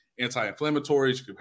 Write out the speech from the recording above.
anti-inflammatories